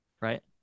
Right